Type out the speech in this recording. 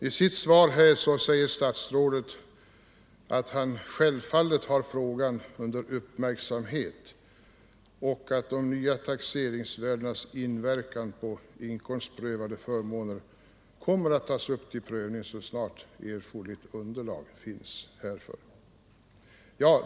I sitt svar säger statsrådet att han självfallet har frågan under uppmärksamhet och att de nya taxeringsvärdenas inverkan på inkomstprövade förmåner kommer att tas upp till prövning så snart erforderligt underlag härför finns.